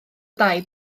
dai